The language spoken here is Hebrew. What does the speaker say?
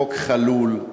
חוק חלול,